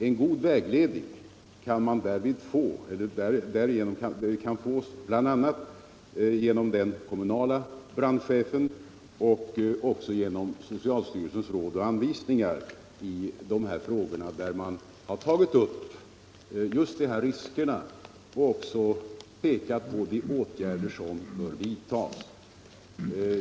En god vägledning kan erhållas av den kommunala brandchefen och genom socialstyrelsens råd och anvisningar i dessa frågor, där man tagit upp just dessa risker och pekat på de åtgärder som bör vidtas.